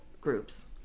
groups